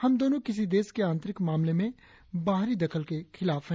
हम दोनों किसी देश के आंतरिक मामले में बाहरी दखल के खिलाफ है